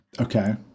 okay